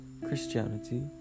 Christianity